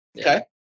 Okay